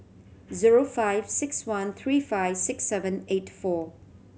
zero five six one three five six seven eight four